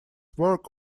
work